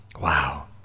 Wow